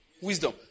Wisdom